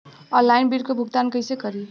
Online bill क भुगतान कईसे करी?